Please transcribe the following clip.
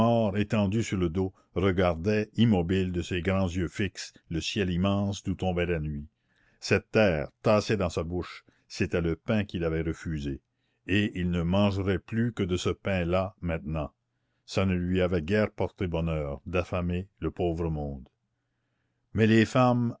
étendu sur le dos regardait immobile de ses grands yeux fixes le ciel immense d'où tombait la nuit cette terre tassée dans sa bouche c'était le pain qu'il avait refusé et il ne mangerait plus que de ce pain-là maintenant ça ne lui avait guère porté bonheur d'affamer le pauvre monde mais les femmes